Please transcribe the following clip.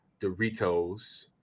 doritos